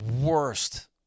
worst